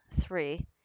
three